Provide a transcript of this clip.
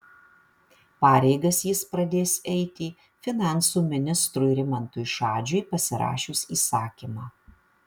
pareigas jis pradės eiti finansų ministrui rimantui šadžiui pasirašius įsakymą